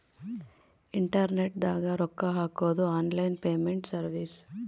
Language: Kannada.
ಇಂಟರ್ನೆಟ್ ದಾಗ ರೊಕ್ಕ ಹಾಕೊದು ಆನ್ಲೈನ್ ಪೇಮೆಂಟ್ ಸರ್ವಿಸ್